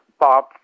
Bob